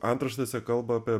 antraštėse kalba apie